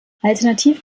alternativ